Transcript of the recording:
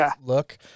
look